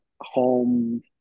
home